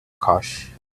cash